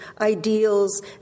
ideals